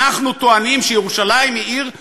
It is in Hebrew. אנחנו טוענים שירושלים היא עיר שווה,